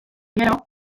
gero